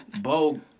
Bo